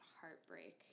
heartbreak